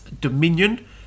Dominion